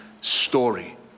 story